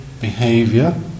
behavior